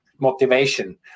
motivation